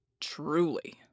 Truly